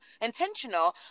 intentional